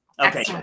Okay